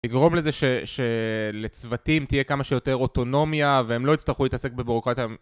לגרום לזה ש-ש...לצוותים תהיה כמה שיותר אוטונומיה, והם לא יצטרכו להתעסק בבירוקרטיה